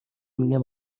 میگن